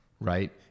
Right